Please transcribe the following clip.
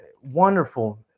wonderful